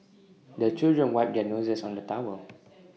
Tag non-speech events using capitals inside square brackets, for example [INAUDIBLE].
[NOISE] the children wipe their noses on the towel [NOISE]